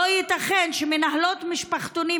לא ייתכן שמנהלות משפחתונים,